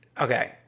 okay